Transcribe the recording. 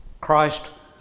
Christ